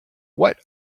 what